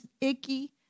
icky